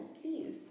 please